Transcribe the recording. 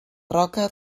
roca